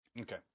Okay